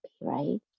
right